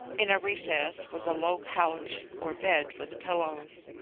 in a recess was a low couch, or bed with pillows.